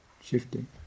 shifting